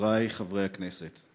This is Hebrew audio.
חברי חברי הכנסת,